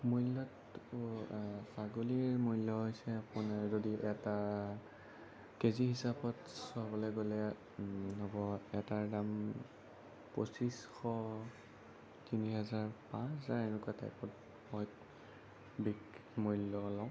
মূল্য ছাগলীৰ মূল্য হৈছে আপোনাৰ যদি এটা কেজি হিচাপত চাবলৈ গ'লে হ'ব এটাৰ দাম পঁচিছশ তিনি হেজাৰ পাঁচ হেজাৰ এনেকুৱা টাইপত হয় বিক্ৰী মূল্য লওঁ